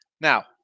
now